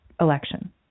election